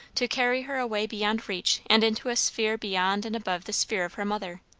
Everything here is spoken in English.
to carry her away beyond reach and into a sphere beyond and above the sphere of her mother.